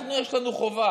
אנחנו, יש לנו חובה,